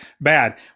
bad